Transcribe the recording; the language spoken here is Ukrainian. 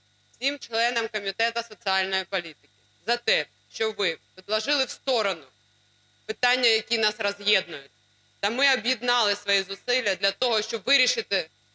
всім членам Комітету соціальної політики за те, що ви відложили в сторону питання, які нас роз'єднують, та ми об'єднали свої зусилля для того, щоб вирішити